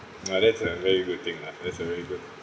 ah that's a very good thing lah that's a really good